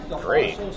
great